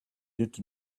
did